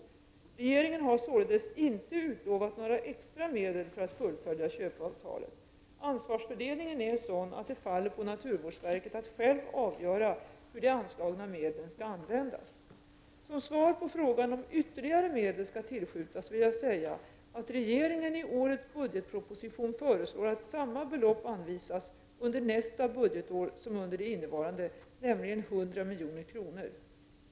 Regeringen har således inte utlovat några extra medel för att fullfölja köpeavtalet. Ansvarsfördelningen är sådan att det faller på naturvårdsverket att själv avgöra hur de anslagna medlen skall användas. Som svar på frågan om ytterligare medel skall tillskjutas vill jag säga att regeringen i årets budgetproposition föreslår att samma belopp anvisas under nästa budgetår som under det innevarande, nämligen 100 milj.kr.